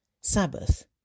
Sabbath